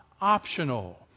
optional